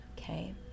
Okay